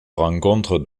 rencontre